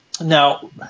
Now